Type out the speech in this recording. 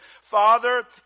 Father